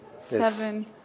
Seven